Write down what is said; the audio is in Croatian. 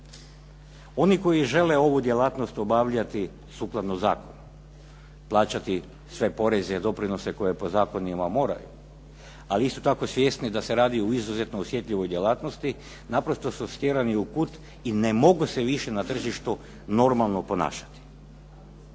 Oni koji žele ovu djelatnost obavljati sukladno zakonu, plaćati sve poreze, doprinose koje po zakonima moraju, ali isto tako svjesni da se radi u izuzetno osjetljivoj djelatnosti, naprosto su stjerani u kut i ne mogu se više na tržištu normalno ponašati.